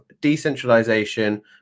decentralization